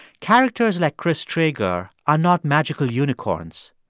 characters like chris traeger are not magical unicorns.